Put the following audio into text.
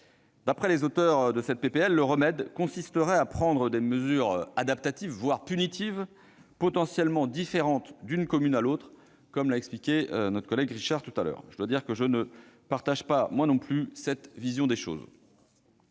D'après les auteurs de cette proposition de loi, le remède consisterait à prendre des mesures adaptatives, voire punitives, potentiellement différentes d'une commune à l'autre, comme l'a expliqué notre collègue Richard. Je dois dire que je ne partage pas, moi non plus, cette vision des choses.